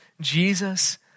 Jesus